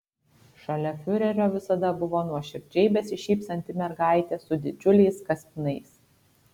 šalia fiurerio visada buvo nuoširdžiai besišypsanti mergaitė su didžiuliais kaspinais